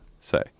say